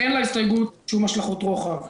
אין להסתייגות שום השלכות רוחב.